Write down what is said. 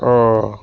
اوہ